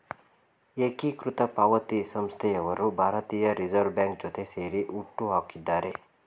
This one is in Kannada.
ಏಕೀಕೃತ ಪಾವತಿ ಸಂಸ್ಥೆಯವರು ಭಾರತೀಯ ರಿವರ್ಸ್ ಬ್ಯಾಂಕ್ ಜೊತೆ ಸೇರಿ ಹುಟ್ಟುಹಾಕಿದ್ದಾರೆ